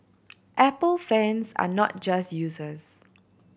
apple fans are not just users